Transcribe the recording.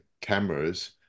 cameras